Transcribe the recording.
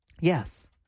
Yes